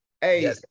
Hey